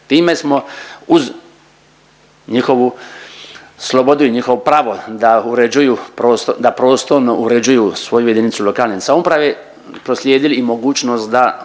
time smo uz njihovu slobodu i njihovo pravo da uređuju pros… da prostorno uređuju svoju jedinicu lokalne samouprave proslijedili i mogućnost da